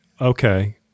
okay